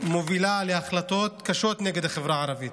מובילה להחלטות קשות נגד החברה הערבית